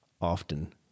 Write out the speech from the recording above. often